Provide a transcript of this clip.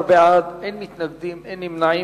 15 בעד, אין מתנגדים, אין נמנעים.